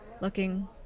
Looking